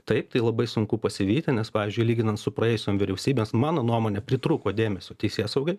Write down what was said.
taip tai labai sunku pasivyti nes pavyzdžiui lyginant su praėjusiom vyriausybės mano nuomone pritrūko dėmesio teisėsaugai